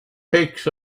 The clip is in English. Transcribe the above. picks